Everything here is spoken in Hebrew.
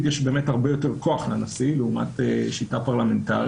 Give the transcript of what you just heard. יש באמת הרבה יותר כוח לנשיא לעומת שיטה פרלמנטרית,